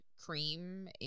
cream